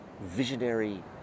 visionary